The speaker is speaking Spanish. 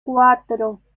cuatro